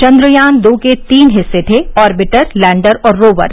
चन्द्रयान दो के तीन हिस्से थे ऑर्विटर लैण्डर और रोवर